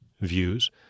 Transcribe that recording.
views